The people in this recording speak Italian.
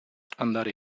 andare